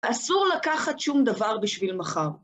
אסור לקחת שום דבר בשביל מחר.